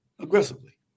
aggressively